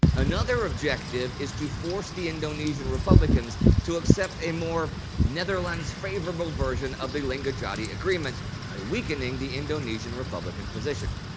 another objective is to force the indonesian republicans to accept a more netherlands-favorable version of the linggadjati agreement by weakening the indonesian republican position.